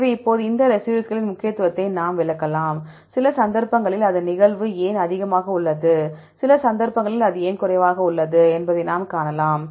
எனவே இப்போது இந்த ரெசிடியூஸ்களின் முக்கியத்துவத்தை நாம் விளக்கலாம் சில சந்தர்ப்பங்களில் அதன் நிகழ்வு ஏன் அதிகமாக உள்ளது சில சந்தர்ப்பங்களில் இது ஏன் குறைவாக உள்ளது என்பதை நாம் காணலாம்